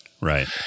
Right